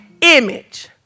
image